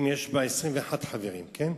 אם יש בה מעל 21 חברים, כן?